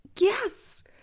Yes